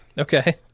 Okay